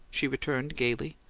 she returned, gaily.